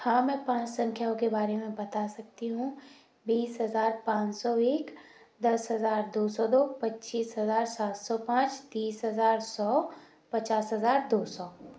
हाँ मैं पाँच संख्याओं के बारे में बता सकती हूँ बीस हजार पाँच सौ एक दस हजार दो सौ दो पच्चीस हजार सात सौ पाँच तीस हजार सौ पचास हजार दो सौ